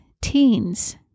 teens